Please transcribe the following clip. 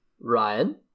Ryan